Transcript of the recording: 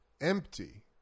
empty